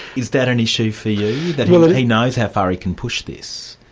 is that an issue for you, that he knows how far he can push this?